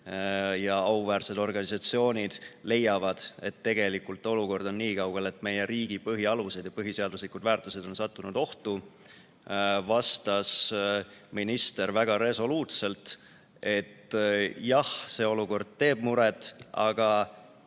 ja auväärsed organisatsioonid leiavad, et tegelikult olukord on niikaugel, et meie riigi põhialused ja põhiseaduslikud väärtused on ohtu sattunud, vastas minister väga resoluutselt, et jah, see olukord teeb muret, aga